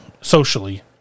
socially